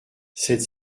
cette